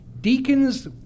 Deacons